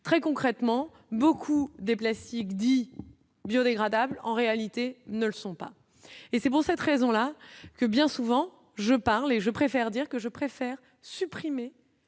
Très concrètement, beaucoup des plastiques dits biodégradables en réalité ne le sont pas, et c'est pour cette raison-là que bien souvent, je parle et je préfère dire que je préfère supprimer